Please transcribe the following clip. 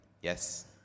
Yes